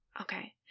Okay